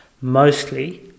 mostly